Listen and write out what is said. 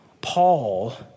Paul